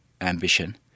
ambition